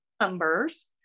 numbers